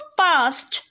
past